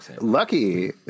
Lucky